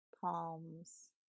palms